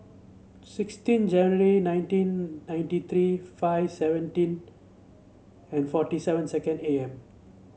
sixteen January nineteen ninety three five seventeen and forty seven second A M